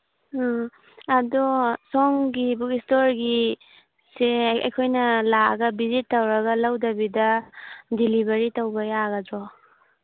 ꯎꯝ ꯑꯗꯣ ꯁꯣꯝꯒꯤ ꯕꯨꯛ ꯏꯁꯇꯣꯔꯒꯤꯁꯦ ꯑꯩꯈꯣꯏꯅ ꯂꯥꯛꯑꯒ ꯚꯤꯖꯤꯠ ꯇꯧꯔꯒ ꯂꯧꯗꯕꯤꯗ ꯗꯤꯂꯤꯚꯔꯤ ꯇꯧꯕ ꯌꯥꯒꯗ꯭ꯔꯣ